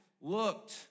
looked